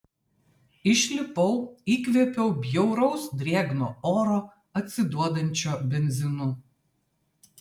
išlipau įkvėpiau bjauraus drėgno oro atsiduodančio benzinu